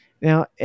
Now